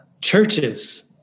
churches